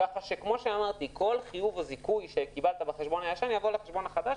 כך שכל חיוב או זיכוי שקיבלת בחשבון הישן יבוא לחשבון החדש,